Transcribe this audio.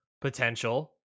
potential